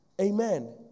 Amen